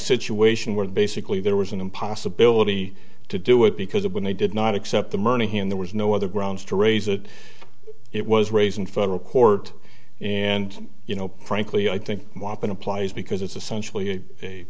situation where basically there was an impossibilities to do it because of when they did not accept the money and there was no other grounds to raise it it was raised in federal court and you know frankly i think whopping applies because it's essentially a